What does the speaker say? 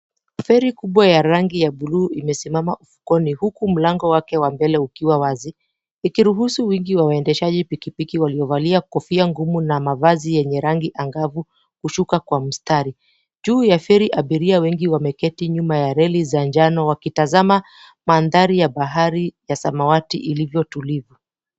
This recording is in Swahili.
Feri kubwa ya rangi ya buluu imesimama ufukweni, huku mlango wake wa mbele ukiwa wazi ikiruhusu wingi wa waendeshaji pikipiki waliovalia kofia ngumu na mavazi yenye rangi angavu kushuka kwa mstari. Juu ya feri abiria wengi wameketi nyuma ya reli za njano wakitazama mandhari ya bahari ya samawati ilivyo tulivu.